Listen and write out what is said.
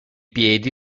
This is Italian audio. piedi